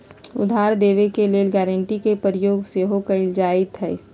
उधार देबऐ के लेल गराँटी के प्रयोग सेहो कएल जाइत हइ